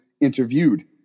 interviewed